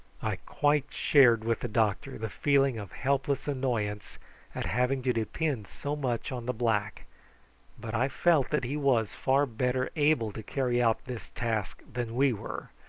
i quite shared with the doctor the feeling of helpless annoyance at having to depend so much on the black but i felt that he was far better able to carry out this task than we were,